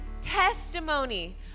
testimony